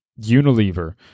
Unilever